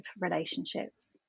relationships